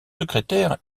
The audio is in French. secrétaires